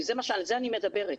על זה אני מדברת.